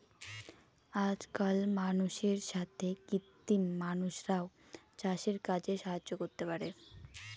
আজকাল মানুষের সাথে কৃত্রিম মানুষরাও চাষের কাজে সাহায্য করতে পারে